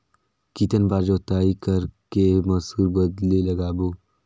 कितन बार जोताई कर के मसूर बदले लगाबो?